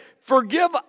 Forgive